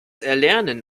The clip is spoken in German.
erlernen